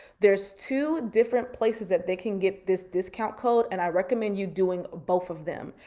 there's two different places that they can get this discount code, and i recommend you doing both of them.